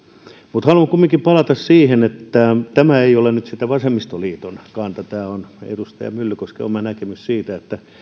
mutta haluan kumminkin palata siihen ja tämä ei ole nyt sitten vasemmistoliiton kanta vaan tämä on edustaja myllykosken oma näkemys että